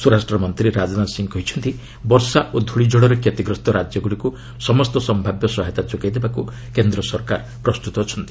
ସ୍ୱରାଷ୍ଟ୍ର ମନ୍ତ୍ରୀ ରାଜନାଥ ସିଂହ କହିଛନ୍ତି ବର୍ଷା ଓ ଧ୍ୱଳିଝଡ଼ରେ କ୍ଷତିଗ୍ରସ୍ତ ରାଜ୍ୟଗ୍ରଡ଼ିକ୍ ସମସ୍ତ ସମ୍ଭାବ୍ୟ ସହାୟତା ଯୋଗାଇ ଦେବାକୁ କେନ୍ଦ୍ର ସରକାର ପ୍ରସ୍ତୁତ ଅଛନ୍ତି